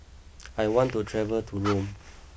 I want to travel to Rome